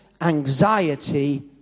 anxiety